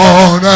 on